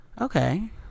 okay